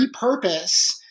repurpose